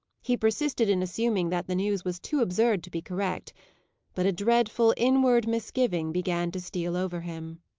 he persisted in assuming that the news was too absurd to be correct but a dreadful inward misgiving began to steal over him.